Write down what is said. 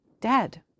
dead